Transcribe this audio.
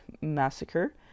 massacre